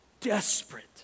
desperate